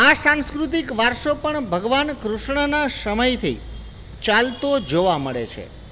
આ સાંસ્કૃતિક વારસો પણ ભગવાન કૃષ્ણના સમયથી ચાલતો જોવા મળે છે